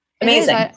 Amazing